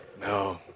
no